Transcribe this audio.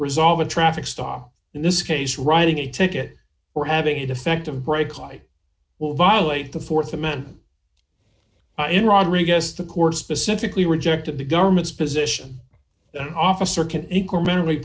resolve a traffic stop in this case writing a ticket or having a defective brake light will violate the th amendment in rodriguez the court specifically rejected the government's position an officer can incrementally